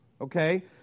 Okay